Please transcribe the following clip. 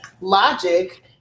logic